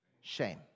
Shame